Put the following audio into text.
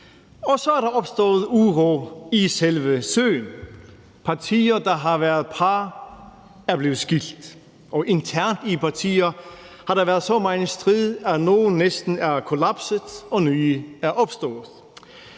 Og så er der opstået uro i selve søen. Partier, der har været par, er blevet skilt, og internt i partier har der været så meget strid, at nogle næsten er kollapset og nye er opstået.